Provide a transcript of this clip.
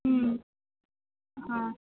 ह्म्म हँ